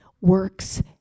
works